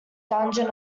dungeon